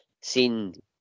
seen